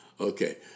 Okay